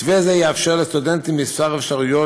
מתווה זה יאפשר לסטודנטים כמה אפשרויות